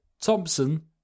Thompson